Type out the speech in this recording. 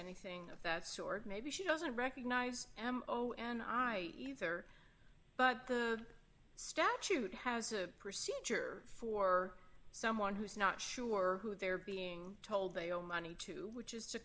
anything of that sort maybe she doesn't recognize am oh and i either but the statute has a procedure for someone who's not sure who they're being told they owe money to which is to